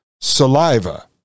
saliva